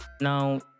Now